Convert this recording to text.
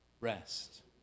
Rest